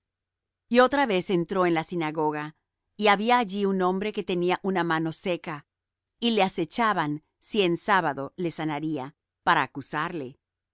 y otra vez entró en la sinagoga y había allí un hombre que tenía una mano seca y le acechaban si en sábado le sanaría para acusarle